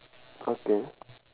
okay